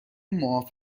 معاف